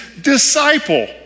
disciple